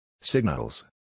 Signals